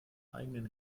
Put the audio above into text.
eigenen